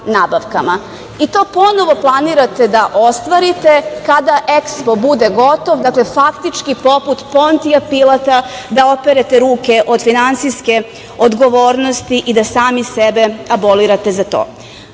i to ponovo planirate da ostvarite kada EKSPO bude gotov, dakle faktički poput Pontija Pilata da operete ruke od finansijske odgovornosti i da sami sebe abolirate za to. Ja